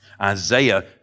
Isaiah